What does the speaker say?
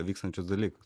vykstančius dalykus